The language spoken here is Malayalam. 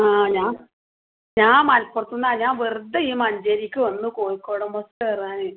ആ ഞാൻ ഞാൻ മലപ്പുറത്തൂന്നാണ് ഞാൻ വെറുതെയി മഞ്ചേരിക്ക് വന്നു കോഴിക്കോടൻ ബെസ്സ് കയറാൻ